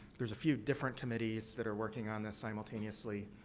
there's a few different committees that are working on this simultaneously.